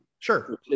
Sure